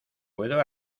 puedo